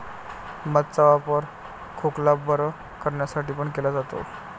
मध चा वापर खोकला बरं करण्यासाठी पण केला जातो